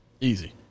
Easy